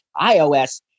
iOS